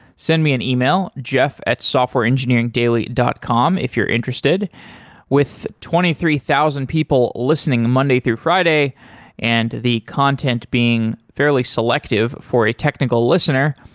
send me an e-mail jeff at softwareengineeringdaily dot com if you're interested with twenty three thousand people listening monday through friday and the content being fairly selective for a technical listener,